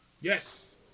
Yes